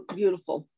beautiful